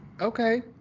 okay